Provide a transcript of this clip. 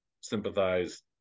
sympathize